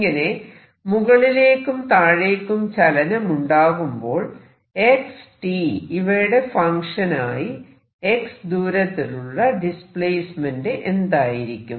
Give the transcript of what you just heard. ഇങ്ങനെ മുകളിലേക്കും താഴേക്കും ചലനമുണ്ടാകുമ്പോൾ x t ഇവയുടെ ഫങ്ക്ഷൻ ആയി x ദൂരത്തിലുള്ള ഡിസ്പ്ലേസ്മെന്റ് എന്തായിരിക്കും